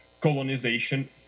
colonization